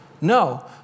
No